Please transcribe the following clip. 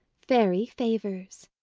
fairy favours,